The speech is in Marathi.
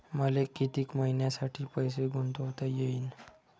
मले कितीक मईन्यासाठी पैसे गुंतवता येईन?